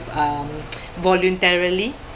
um voluntarily